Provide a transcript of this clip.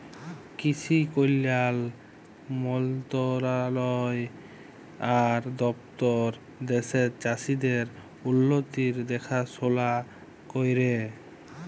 কিসি কল্যাল মলতরালায় আর দপ্তর দ্যাশের চাষীদের উল্লতির দেখাশোলা ক্যরে